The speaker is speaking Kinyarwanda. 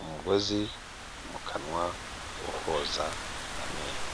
umugozi mu kanwa wo koza amenyo.